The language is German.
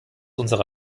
unsere